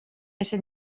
ese